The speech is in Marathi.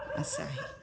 असं आहे